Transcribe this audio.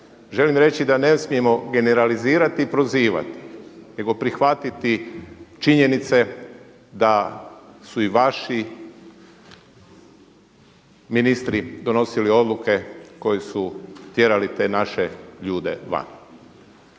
Želim reći da ne smijemo generalizirati i prozivati nego prihvatiti činjenice da su i vaši ministri donosili odluke koje su tjerali te naše ljude van.